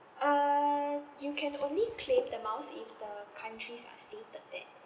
err you can only claim the miles if the country are stated there